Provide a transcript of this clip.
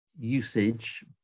Usage